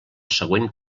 següent